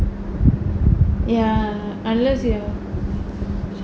ya unless ya